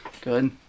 good